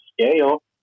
scale